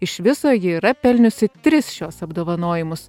iš viso ji yra pelniusi tris šiuos apdovanojimus